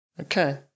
Okay